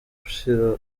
gushyira